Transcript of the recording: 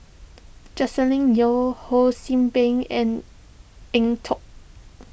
Joscelin Yeo Ho See Beng and Eng Tow